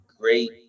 great